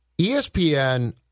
ESPN